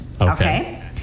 Okay